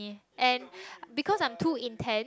and because I'm too intend